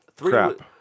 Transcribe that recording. Crap